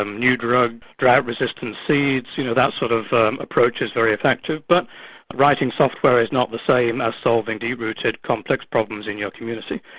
um new drugs, drought-resistant seeds you know, that sort of approach is very effective. but writing software is not the same as solving deep-rooted complex problems in your community.